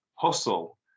Hustle